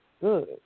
Good